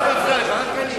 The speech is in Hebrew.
רק אני מפריע לך, רק אני.